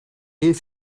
est